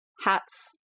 hats